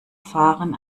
fahren